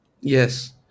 Yes